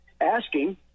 asking